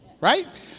Right